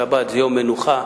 שבת זה יום מנוחה.